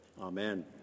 Amen